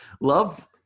Love